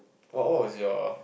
oh what was your